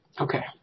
Okay